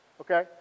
Okay